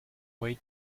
way